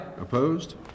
Opposed